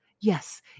Yes